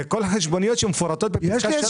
זה כל החשבוניות שמפורטות בפסקה (3).